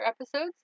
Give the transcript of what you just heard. episodes